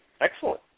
Excellent